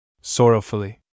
Sorrowfully